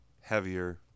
heavier